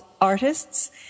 artists